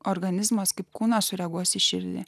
organizmas kaip kūnas sureaguos į širdį